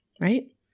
right